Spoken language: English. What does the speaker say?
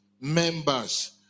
members